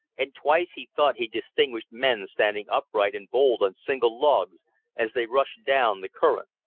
and twice he thought he distinguished men standing upright and bold on single logs as they rushed down the current.